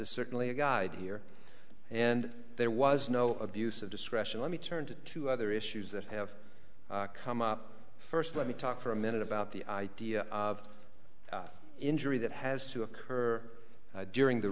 is certainly a guide here and there was no abuse of discretion let me turn to two other issues that have come up first let me talk for a minute about the idea of injury that has to occur during the